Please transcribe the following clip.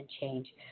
Change